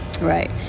right